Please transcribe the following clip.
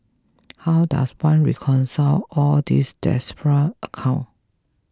how does one reconcile all these disparate account